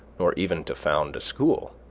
nor even to found a school,